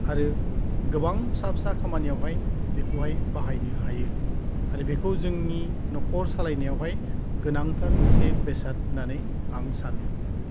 आरो गोबां फिसा फिसा खामानियावहाय बेखौहाय बाहायनो हायो आरो बेखौ जोंनि न'खर सालायनायाव बेवहाय गोनांथार मोनसे बेसाद होननानै आं सानो